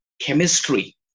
chemistry